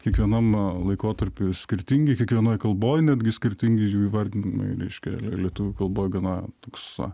kiekvienam laikotarpy skirtingi kiekvienoj kalboj netgi skirtingi jų įvardijimai reiškia lietuvių kalboj gana toks